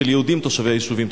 של יהודים תושבי היישובים?